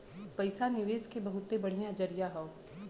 पइसा निवेस के बहुते बढ़िया जरिया हौ